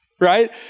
Right